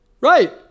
Right